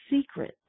secret